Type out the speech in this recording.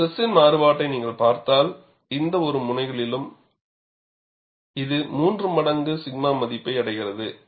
ஸ்ட்ரெஸின் மாறுபாட்டை நீங்கள் பார்த்தால் இந்த இரு முனைகளிலும் இது 3 மடங்கு 𝛔 மதிப்பை அடைகிறது